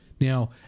Now